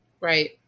Right